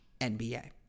NBA